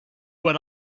what